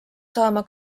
saama